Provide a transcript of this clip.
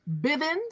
Bivens